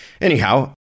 anyhow